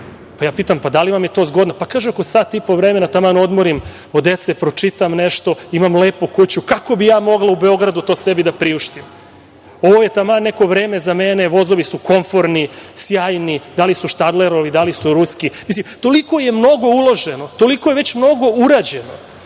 Ja je pitam – da li vam je to zgodno? Ona kaže – oko sat i po vremena, taman odmorim od dece, pročitam nešto, imam lepu kuću tamo, kako bih ja mogla u Beogradu to sebi da priuštim, ovo je taman neko vreme za mene, vozovi su komforni, sjajni, da li su „Štadlerovi“, da li su ruski…Toliko je mnogo uloženo, toliko je već mnogo urađeno,